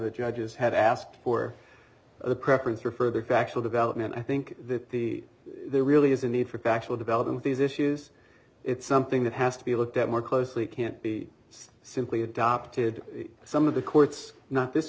the judges have asked for a preference for further factual development i think that the there really is a need for factual developing of these issues it's something that has to be looked at more closely can't be just simply adopted some of the court's not this